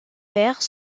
père